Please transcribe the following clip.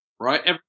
right